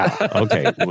okay